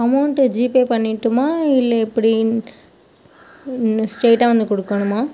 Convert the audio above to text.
amount GPay பண்ணிட்டுமா இல்லை எப்படி ஸ்ரைட்டாக வந்து கொடுக்கணுமா